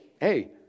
hey